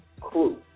crew